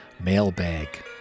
mailbag